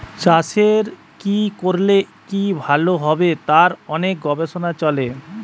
চাষের কি করলে কি ভালো হবে তার অনেক গবেষণা চলে